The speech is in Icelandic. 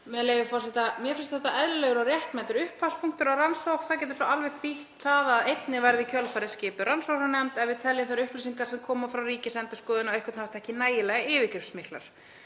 „Mér finnst þetta eðlilegur og réttmætur upphafspunktur á rannsókn. Það getur svo alveg þýtt það að einnig verði í kjölfarið skipuð rannsóknarnefnd ef við teljum þær upplýsingar sem koma frá Ríkisendurskoðun á einhvern hátt ekki nægilega yfirgripsmiklar.